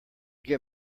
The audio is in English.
get